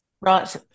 Right